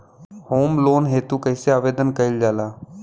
Home loan हेतु कइसे आवेदन कइल जाला?